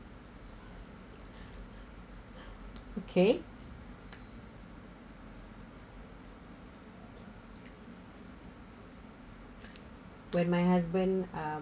okay when my husband um